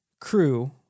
crew